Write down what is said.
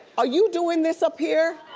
are you doing this up here?